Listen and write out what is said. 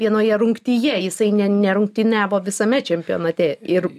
vienoje rungtyje jisai ne nerungtyniavo visame čempionate ir